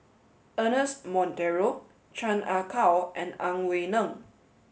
Ernest Monteiro Chan Ah Kow and Ang Wei Neng